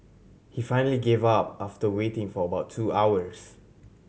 he finally gave up after waiting for about two hours